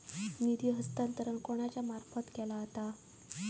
निधी हस्तांतरण कोणाच्या मार्फत केला जाता?